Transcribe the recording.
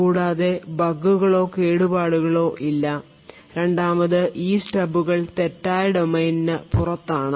കൂടാതെ ബഗുകളോ കേടുപാടുകളോ ഇല്ല രണ്ടാമത് ഈ സ്റ്റബുകൾ തെറ്റായ ഡൊമെയ്നിന് പുറത്താണ്